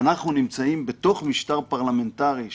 ואנחנו נמצאים בתוך משטר פרלמנטרי,